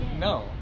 No